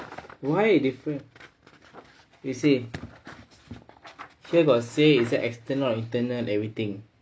why different you see here got say is the external or internal everything